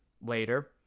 later